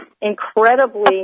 incredibly